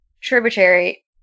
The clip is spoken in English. tributary